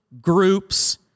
groups